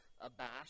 abashed